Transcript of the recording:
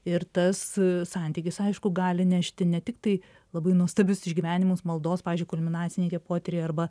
ir tas santykis aišku gali nešti ne tik tai labai nuostabius išgyvenimus maldos pavyzdžiui kulminaciniai tie potyriai arba